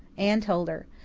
anne told her.